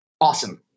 Awesome